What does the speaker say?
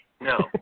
no